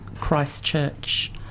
Christchurch